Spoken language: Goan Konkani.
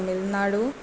तमिळनाडू